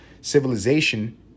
civilization